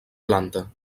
planta